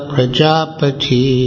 Prajapati